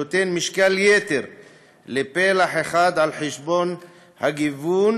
הנותן משקל יתר לפלח אחד על חשבון הגיוון,